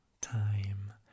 time